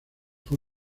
fue